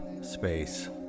space